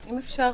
אם אפשר,